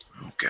Okay